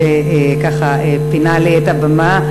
שככה פינה לי את הבמה,